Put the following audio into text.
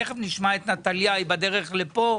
תכף נשמע את נטליה, היא בדרך לכאן.